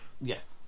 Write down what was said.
yes